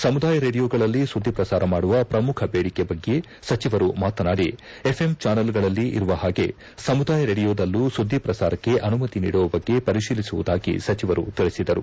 ಸಮುದಾಯ ರೇಡಿಯೋಗಳಲ್ಲಿ ಸುದ್ದಿ ಪ್ರಸಾರ ಮಾಡುವ ಪ್ರಮುಖ ಬೇಡಿಕೆ ಬಗ್ಗೆ ಸಚವರು ಮಾತನಾಡಿ ಎಫ್ಎಂ ಚಾನಲ್ಗಳಲ್ಲಿ ಇರುವ ಹಾಗೇ ಸಮುದಾಯ ರೇಡಿಯೋದಲ್ಲೂ ಸುದ್ದಿ ಪ್ರಸಾರಕ್ಷೆ ಅನುಮತಿ ನೀಡುವ ಬಗ್ಗೆ ಪರಿಶೀಲಿಸುವುದಾಗಿ ಸಚಿವರು ತಿಳಿಸಿದರು